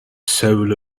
soul